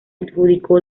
adjudicó